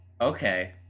okay